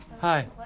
Hi